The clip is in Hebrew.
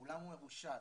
העולם מרושת,